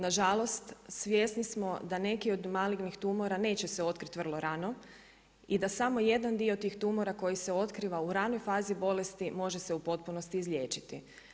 Nažalost, svjesni smo da neki od malignih tumora neće se otkriti vrlo rano i da smo jedan dio tih tumora koji se otkriva u ranoj fazi bolesti može se u potpunosti izliječiti.